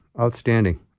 outstanding